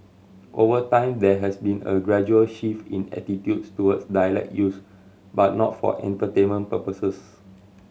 over time there has been a gradual shift in attitudes towards dialect use but not for entertainment purposes